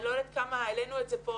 אני לא יודעת כמה העלינו את זה כאן.